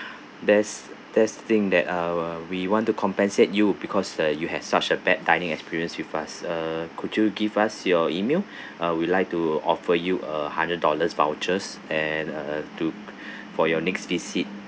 there's there's thing that err we want to compensate you because uh you had such a bad dining experience with us uh could you give us your email uh we like to offer you a hundred dollars vouchers and uh to for your next visit